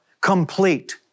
complete